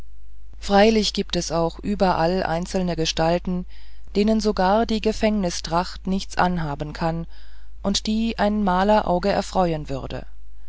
freilich gibt es auch überall einzelne gestalten denen sogar die gefängnistracht nichts anhaben kann und die ein malerauge erfreuen würden